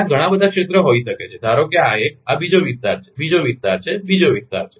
આના ઘણા બધા ક્ષેત્ર હોઈ શકે છે ધારો કે આ એક આ બીજો વિસ્તાર છે બીજો વિસ્તાર છે બીજો વિસ્તાર છે